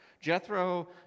Jethro